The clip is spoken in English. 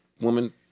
woman